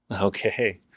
Okay